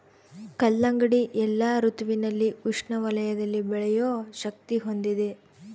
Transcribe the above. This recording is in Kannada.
ಕಲ್ಲಂಗಡಿ ಎಲ್ಲಾ ಋತುವಿನಲ್ಲಿ ಉಷ್ಣ ವಲಯದಲ್ಲಿ ಬೆಳೆಯೋ ಶಕ್ತಿ ಹೊಂದಿದೆ